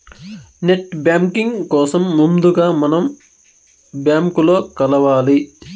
net banking కోసం ముందుగా మనం బ్యాంకులో కలవాలి